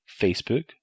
Facebook